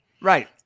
Right